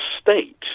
state